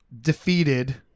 defeated